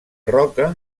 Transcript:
roca